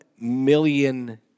million